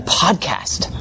podcast